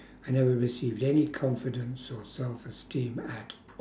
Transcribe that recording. I never received any confidence or self esteem at